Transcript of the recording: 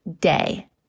day